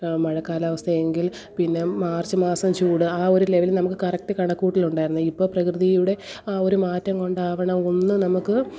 മഴക്കാല അവസ്ഥ എങ്കിൽ പിന്നെ മാർച്ച് മാസം ചൂട് ആ ഒരു ലെവൽ നമുക്ക് കറക്റ്റ് കണക്കു കൂട്ടലുണ്ടായിരുന്നു ഇപ്പോൾ പ്രകൃതിയുടെ ആ ഒരു മാറ്റം കൊണ്ടാവണം ഒന്ന് നമുക്ക്